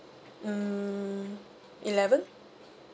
mm eleven